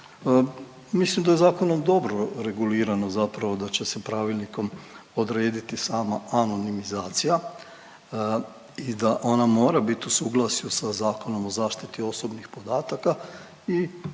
Mislim da zakonom dobro regulirano zapravo da će se pravilnikom odrediti sama anonimizacija i da ona mora bit u suglasju sa Zakonom o zaštiti osobnih podataka i na